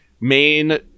main